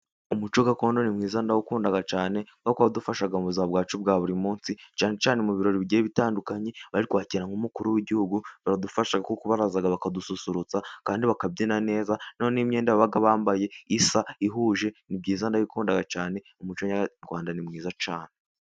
Umuco gakondo uri mwiza nawukunda cyane kubera ko uradufasha mu buzima bwacu bwa buri munsi, cyane mu birori bigiye bitandukanye, bari kwakira nk'umukuru w'igihugu, baradufasha kuko kubaraza bakadususurutsa, kandi bakabyina neza noneho imyenda baba bambaye isa, ihuje, ni byiza nakunda cyane umuco nyarwanda ni mwiza cyane.